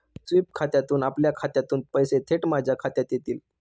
sweep खात्यातून आपल्या खात्यातून पैसे थेट माझ्या खात्यात येतील